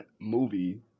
movie